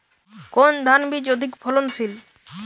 কোন ধান বীজ অধিক ফলনশীল?